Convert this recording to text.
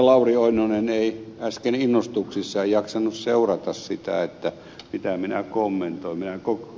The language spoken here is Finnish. lauri oinonen ei äsken innostuksissaan jaksanut seurata sitä mitä minä kommentoin